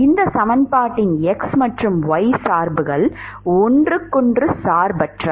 இந்த சமன்பாட்டின் x மற்றும் y சார்புகள் ஒன்றுக்கொன்று சார்பற்றவை